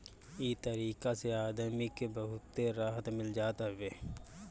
इ तरीका से आदमी के बहुते राहत मिल जात हवे